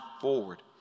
forward